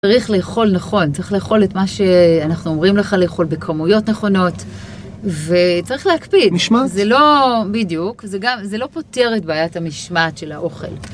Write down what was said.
צריך לאכול נכון, צריך לאכול את מה שאנחנו אומרים לך לאכול בכמויות נכונות, וצריך להקפיד. משמעת? זה לא... בדיוק, זה לא פותר את בעיית המשמעת של האוכל.